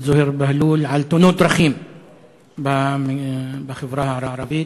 זוהיר בהלול על תאונות דרכים בחברה הערבית.